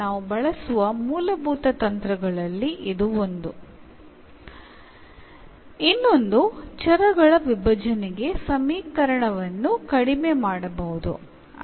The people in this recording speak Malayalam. തന്നിരിക്കുന്ന അതേ അവസ്ഥയിൽ സമവാക്യത്തിൽ വേരിയബിൾസിനെ സെപ്പറേറ്റ് ചെയ്യാൻ കഴിയണമെന്നില്ല